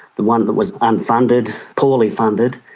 the one that was unfunded, poorly funded.